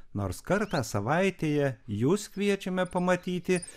nors kartą savaitėje jus kviečiame pamatyti